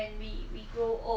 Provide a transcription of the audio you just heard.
really [what] how I know